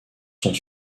sont